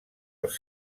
els